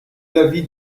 l’avis